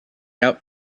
out